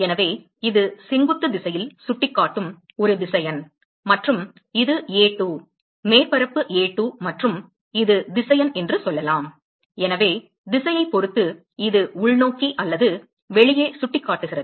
எனவே இது செங்குத்து திசையில் சுட்டிக்காட்டும் ஒரு திசையன் மற்றும் இது A2 மேற்பரப்பு A2 மற்றும் இது திசையன் என்று சொல்லலாம் எனவே திசையைப் பொறுத்து இது உள்நோக்கி அல்லது வெளியே சுட்டிக்காட்டுகிறது